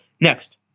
Next